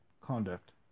conduct